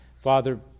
Father